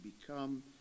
become